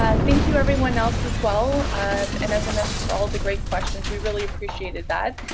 ah thank you everyone else as well um and as i mentioned for all the great questions we really appreciated that.